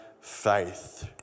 faith